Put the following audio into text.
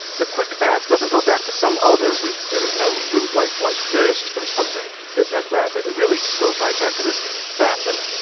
the quick fast doesn't go back to some other route. there was no route like like this or something that meant rapid. it really goes right back to this fasten.